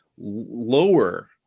lower